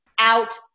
out